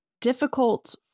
difficult